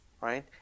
Right